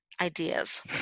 ideas